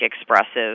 expressive